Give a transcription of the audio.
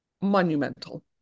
monumental